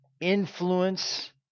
influence